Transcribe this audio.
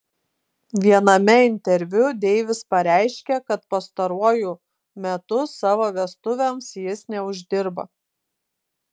viename interviu deivis pareiškė kad pastaruoju metu savo vestuvėms jis neuždirba